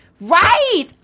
Right